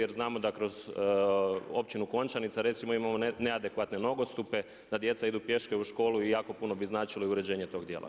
Jer znamo da kroz općinu Končanica recimo imamo neadekvatne nogostupe, da djeca idu pješke u školu i jako puno bi značilo i uređenje tog dijela.